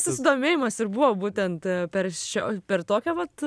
susidomėjimas ir buvo būtent per šio per tokią vat